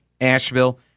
asheville